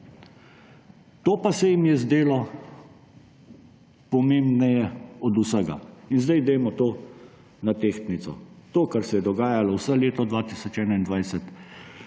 To pa se jim je zdelo pomembneje od vsega. In sedaj dajmo to na tehtnico, to, kar se je dogajalo vse leto 2021,